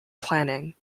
planning